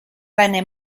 venne